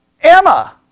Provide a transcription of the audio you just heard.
Emma